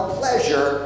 pleasure